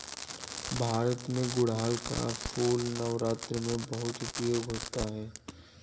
भारत में गुड़हल का फूल नवरात्र में बहुत उपयोग होता है